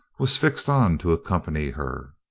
was fixed on to accompany her.